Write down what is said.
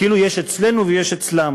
כאילו יש "אצלנו" ויש "אצלם".